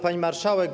Pani Marszałek!